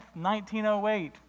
1908